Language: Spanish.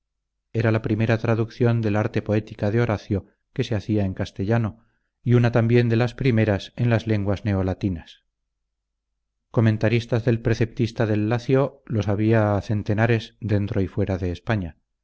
era la primera traducción del arte poética de horacio que se hacía en castellano y una también de las primeras en las lenguas neolatinas comentaristas del preceptista del lacio los había a centenares dentro y fuera de españa